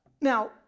Now